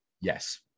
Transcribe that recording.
Yes